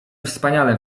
wspaniale